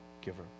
giver